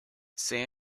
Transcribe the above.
say